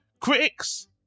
Critics